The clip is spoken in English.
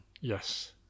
Yes